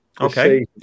Okay